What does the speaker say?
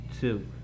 two